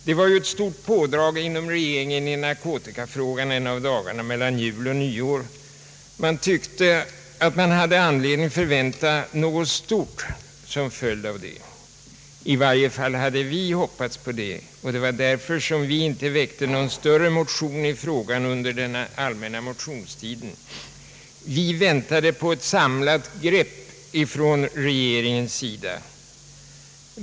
Det var ett stort pådrag inom regeringen i narkotikafrågan en av dagarna mellan jul och nyår. Man tyckte sig då ha anledning att förvänta något stort som följd därav. I varje fall hade vi hoppats på det, och det var därför vi inte väckte någon större motion i frågan under den allmänna motionstiden — vi väntade på ett samlat grepp från regeringens sida.